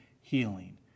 healing